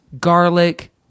garlic